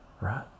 right